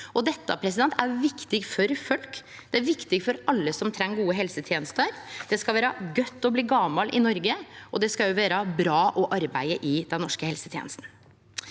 Det er viktig for alle som treng gode helsetenester. Det skal vere godt å bli gamal i Noreg, og det skal òg vere bra å arbeide i den norske helsetenesta.